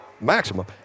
maximum